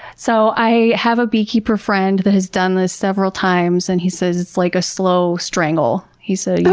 so, i have a beekeeper friend that has done this several times and he says it's like a slow strangle. he said, yeah